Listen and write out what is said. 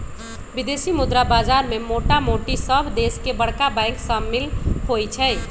विदेशी मुद्रा बाजार में मोटामोटी सभ देश के बरका बैंक सम्मिल होइ छइ